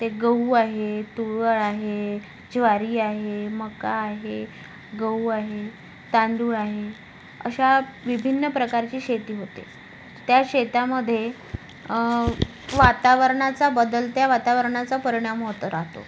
ते गहू आहे तूर आहे ज्वारी आहे मका आहे गहू आहे तांदूळ आहे अशा विभिन्न प्रकारची शेती होते त्या शेतामध्ये वातावरणाचा बदल त्या वातावरणाचा परिणाम होत राहतो